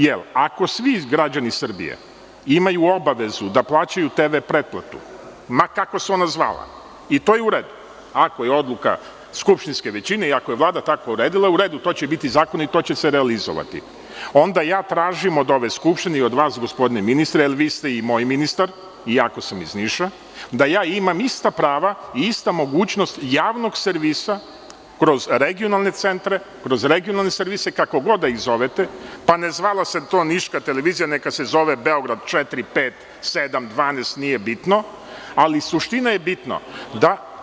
Jer, ako svi građani Srbije imaju obavezu a plaćaju TV pretplatu, ma kako se ona zvala, i to je u redu, ako je odluka skupštinske većine i ako je Vlada tako uredila, u redu, to će biti zakon i to će se realizovati, onda ja tražim od ove Skupštine i od vas, gospodine ministre, jer vi ste i moj ministar, iako sam iz Niša, da ja imam ista prava i istu mogućnost javnog servisa kroz regionalne centre, kroz regionalne servise, kako god da ih zovete, pa ne zvala se to niška televizija, neka se zove Beograd četiri, pet, sedam, 12, nije bitno.